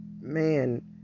man